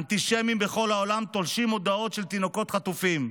אנטישמים בכל העולם תולשים מודעות של תינוקות חטופים.